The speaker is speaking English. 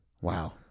Wow